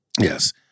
Yes